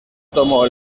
tomó